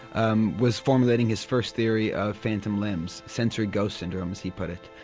um was formulating his first theory of phantom limbs, sensory ghost syndrome as he put it.